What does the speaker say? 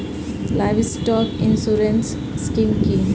Livestock insurance scheme কি?